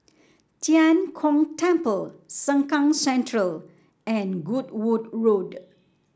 Tian Kong Temple Sengkang Central and Goodwood Road